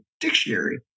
dictionary